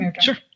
Sure